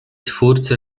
twórcy